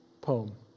poem